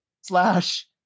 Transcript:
slash